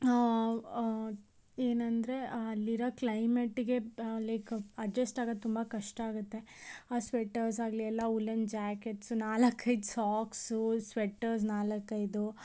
ಏನಂದರೆ ಅಲ್ಲಿರೋ ಕ್ಲೈಮೇಟ್ಗೆ ಲೈಕ್ ಅಡ್ಜಸ್ಟ್ ಆಗೋದ್ ತುಂಬ ಕಷ್ಟ ಆಗುತ್ತೆ ಆ ಸ್ವೆಟರ್ಸ್ ಆಗಲಿ ಎಲ್ಲ ವುಲೆನ್ ಜಾಕೆಟ್ಸು ನಾಲ್ಕೈದು ಸಾಕ್ಸು ಸ್ವೆಟರ್ಸ್ ನಾಲ್ಕೈದು